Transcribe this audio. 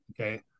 okay